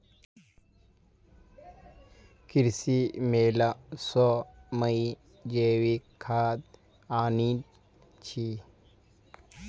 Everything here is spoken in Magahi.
कृषि मेला स मुई जैविक खाद आनील छि